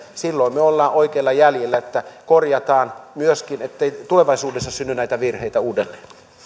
silloin me olemme oikeilla jäljillä jos korjataan myöskin se ettei tulevaisuudessa synny näitä virheitä uudelleen